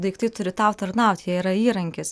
daiktai turi tau tarnaut jie yra įrankis